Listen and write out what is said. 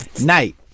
Night